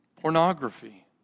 Pornography